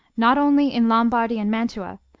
not only in lombardy and mantua,